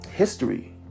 history